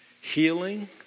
healing